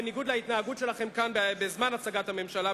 בניגוד להתנהגות שלכם כאן בזמן הצגת הממשלה,